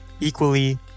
equally